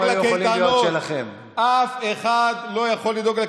מה, אסור לשאול?